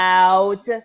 out